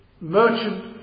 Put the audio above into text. merchant